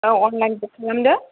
औ अनलाइनबो खालामदो